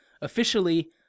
officially